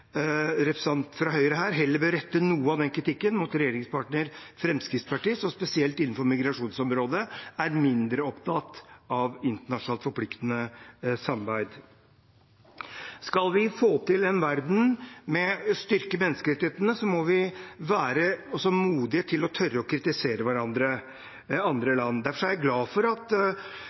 representanten fra Høyre her heller bør rette noe av denne kritikken mot regjeringspartner Fremskrittspartiet, som spesielt innenfor migrasjonsområdet er mindre opptatt av internasjonalt forpliktende samarbeid. Skal vi få til en verden der vi styrker menneskerettighetene, må vi også være modige og tørre å kritisere andre land. Derfor er jeg glad for at